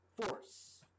Force